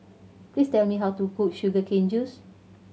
please tell me how to cook sugar cane juice